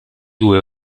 due